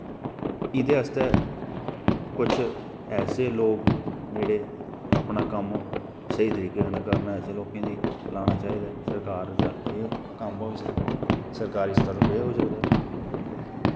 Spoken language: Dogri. एह्दै आस्तै कुछ ऐसे लोग जेह्ड़े अपना कम्म स्हेई तरीके कन्नै करन ऐसे लोकें गा लाना चाही दा सरकार दा एह् कम्म होई सकदा सरकारी स्तर दा एह् होई सकदा